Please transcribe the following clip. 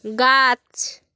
গাছ